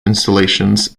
installations